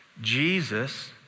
Jesus